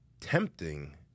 tempting